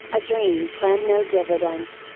a dream plan no dividends,